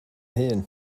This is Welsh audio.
hŷn